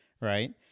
right